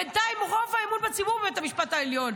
בינתיים, רוב אמון הציבור הוא בבית המשפט העליון.